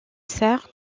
serfs